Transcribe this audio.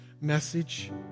message